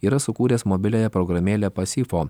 yra sukūręs mobiliąją programėlę pasifo